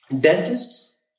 Dentists